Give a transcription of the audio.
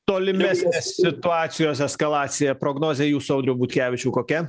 tolimesnė situacijos eskalacija prognozė jūsų audriau butkevičiau kokia